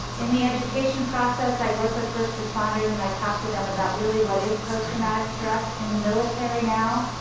in the education process, i work with first responders and i talk to them about really what is post traumatic stress. in the military now,